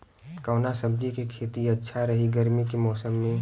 कवना सब्जी के खेती अच्छा रही गर्मी के मौसम में?